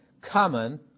common